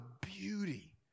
beauty